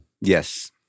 Yes